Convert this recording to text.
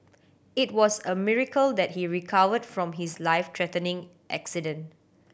it was a miracle that he recovered from his life threatening accident